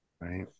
right